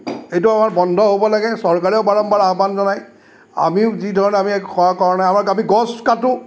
এইটো আমাৰ বন্ধ হ'ব লাগে চৰকাৰেও বাৰম্বাৰ আহ্বান জনাই আমিও যি ধৰণে আমি খোৱাৰ কাৰণে আমি গছ কাটো